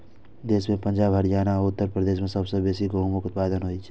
देश मे पंजाब, हरियाणा आ उत्तर प्रदेश मे सबसं बेसी गहूमक उत्पादन होइ छै